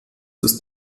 ist